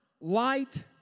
light